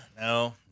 no